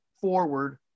forward